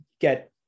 get